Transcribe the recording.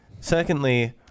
Secondly